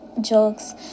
jokes